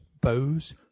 bows